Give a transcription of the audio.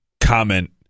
comment